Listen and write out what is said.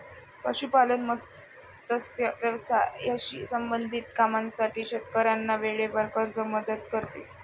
पशुपालन, मत्स्य व्यवसायाशी संबंधित कामांसाठी शेतकऱ्यांना वेळेवर कर्ज मदत करते